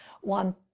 one